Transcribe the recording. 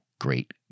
great